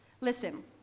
Listen